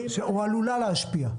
או עלולה להשפיע.